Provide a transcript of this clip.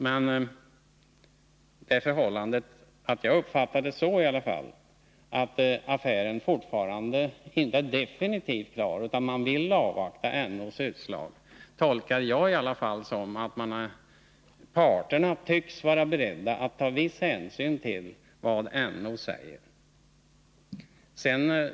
Men det förhållandet — jag uppfattar det så i alla fall — att affären fortfarande inte är definitivt klar, 183 utan man vill avvakta NO:s utslag, tolkar jag i alla fall som att parterna tycks vara beredda att ta viss hänsyn till vad NO säger.